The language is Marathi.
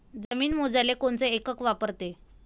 जमीन मोजाले कोनचं एकक वापरते?